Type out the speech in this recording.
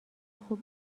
خوب